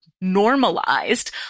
normalized